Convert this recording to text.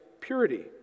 purity